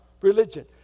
religion